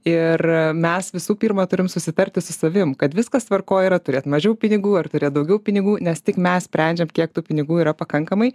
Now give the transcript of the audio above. ir mes visų pirma turime susitarti su savim kad viskas tvarkoj yra turėt mažiau pinigų ar turėt daugiau pinigų nes tik mes sprendžiam kiek tų pinigų yra pakankamai